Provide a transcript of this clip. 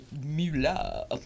Mula